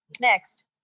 Next